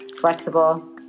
flexible